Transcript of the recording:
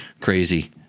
crazy